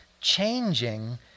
changing